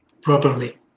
properly